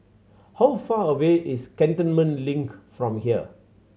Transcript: how far away is Cantonment Link from here